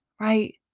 right